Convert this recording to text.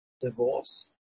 divorce